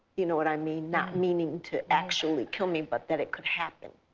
you know what i mean? not meaning to actually kill me but that it could happen.